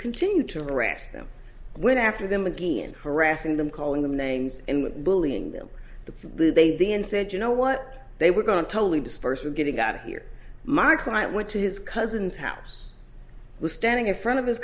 continue to arrest them and went after them again harassing them calling them names and bullying them that they then said you know what they were going to totally disperse we're getting out of here my client went to his cousin's house was standing in front of his